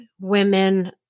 women